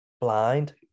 blind